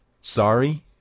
Sorry